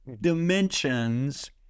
dimensions